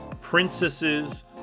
princesses